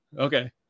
okay